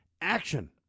action